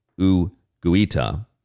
Uguita